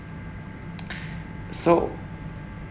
so